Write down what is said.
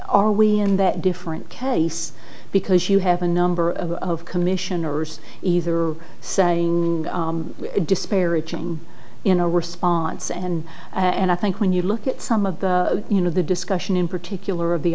are we in that different case because you have a number of commissioners either saying disparaging in a response and and i think when you look at some of the you know the discussion in particular